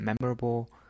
memorable